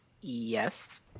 Yes